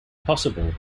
possible